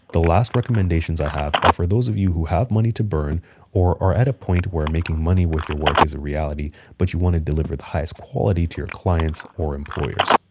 the last recommendations i have are for those of you who have money to burn or are at a point where making money with your work is a reality but you wanna deliver the highest quality to your clients or employers.